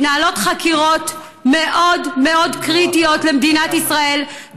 מתנהלות חקירות מאוד מאוד קריטיות למדינת ישראל,